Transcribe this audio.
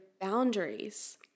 boundaries